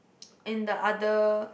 in the other